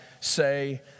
say